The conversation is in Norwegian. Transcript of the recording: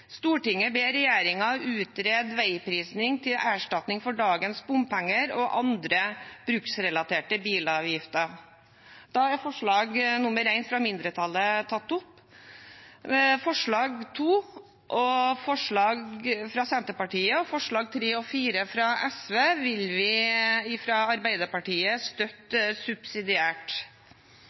ber regjeringen utrede vegprising til erstatning for dagens bompenger og andre bruksrelaterte bilavgifter.» Jeg tar opp dette forslaget. Forslag nr. 2, fra Senterpartiet, og forslagene nr. 3 og 4, fra SV, vil vi fra Arbeiderpartiet støtte subsidiært.